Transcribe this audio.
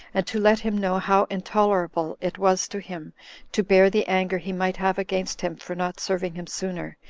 and to let him know how intolerable it was to him to bear the anger he might have against him for not serving him sooner,